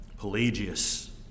Pelagius